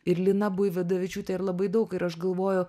ir lina buividavičiūtė ir labai daug ir aš galvoju